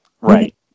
Right